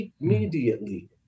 Immediately